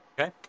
Okay